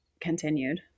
continued